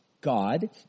God